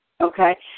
Okay